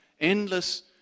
Endless